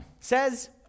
says